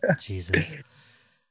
Jesus